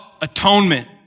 atonement